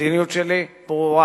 המדיניות שלי ברורה,